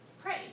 pray